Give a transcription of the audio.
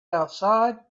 outside